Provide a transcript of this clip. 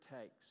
takes